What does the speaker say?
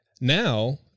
Now